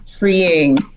Freeing